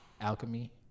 alchemy